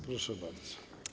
Proszę bardzo.